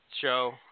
show